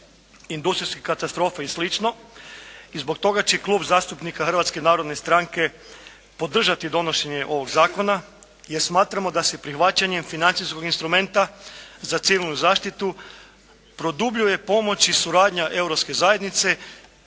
industrijske katastrofe i slično, i zbog toga će Klub zastupnika Hrvatske narodne stranke podržati donošenje ovog Zakona jer smatramo da se prihvaćanjem financijskog instrumenta za civilnu zaštitu produbljuje pomoć i suradnja Europske zajednice